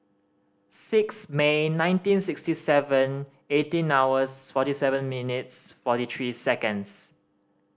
six May nineteen sixty seven eighteen hours forty seven minutes forty three seconds